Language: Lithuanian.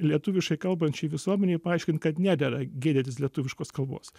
lietuviškai kalbančiai visuomenei paaiškint kad nedera gėdytis lietuviškos kalbos